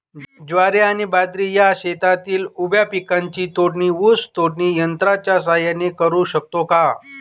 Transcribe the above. ज्वारी आणि बाजरी या शेतातील उभ्या पिकांची तोडणी ऊस तोडणी यंत्राच्या सहाय्याने करु शकतो का?